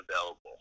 available